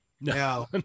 No